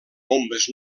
bombes